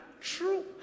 true